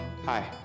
Hi